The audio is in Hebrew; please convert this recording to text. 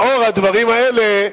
לאור הדברים האלה,